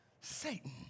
Satan